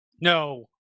No